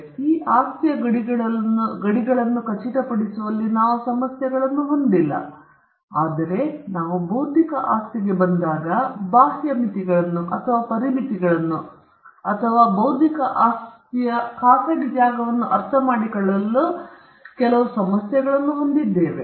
ಆದ್ದರಿಂದ ಈ ಆಸ್ತಿಯ ಗಡಿಗಳನ್ನು ಖಚಿತಪಡಿಸುವಲ್ಲಿ ನಾವು ಸಮಸ್ಯೆಗಳನ್ನು ಹೊಂದಿಲ್ಲ ಆದರೆ ನಾವು ಬೌದ್ಧಿಕ ಆಸ್ತಿಗೆ ಬಂದಾಗ ಬಾಹ್ಯ ಮಿತಿಗಳನ್ನು ಅಥವಾ ಪರಿಮಿತಿಗಳನ್ನು ಅಥವಾ ಬೌದ್ಧಿಕ ಆಸ್ತಿಯ ಖಾಸಗಿ ಜಾಗವನ್ನು ಅರ್ಥಮಾಡಿಕೊಳ್ಳಲು ನಾವು ಕೆಲವು ಸಮಸ್ಯೆಗಳನ್ನು ಹೊಂದಿದ್ದೇವೆ